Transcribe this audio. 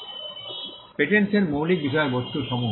patents এর মৌলিক বিষয়সমূহ